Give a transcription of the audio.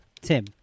Tim